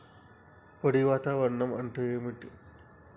పొడి వాతావరణం అంటే ఏంది?